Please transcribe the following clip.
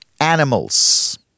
animals